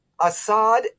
Assad